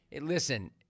Listen